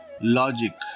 logic